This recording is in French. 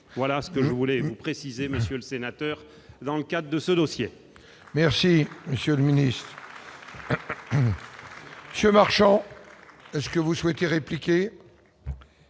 voilà ce que je voulais vous préciser, Monsieur le Sénateur, dans le cas de ce dossier. Merci, monsieur Dominique. Ce marchand est-ce que vous souhaitez répliqué